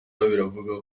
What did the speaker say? bivugwa